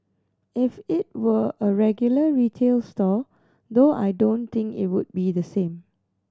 if it were a regular retail store though I don't think it would be the same